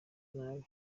nabi